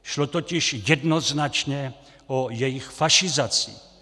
Šlo totiž jednoznačně o jejich fašizaci.